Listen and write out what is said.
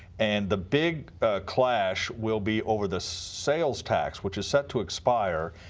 and the big clash will be over the sales tax, which is set to expire.